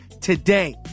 today